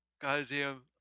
goddamn